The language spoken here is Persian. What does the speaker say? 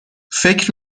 فکر